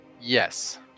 Yes